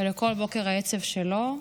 ולכל בוקר העצב שלו,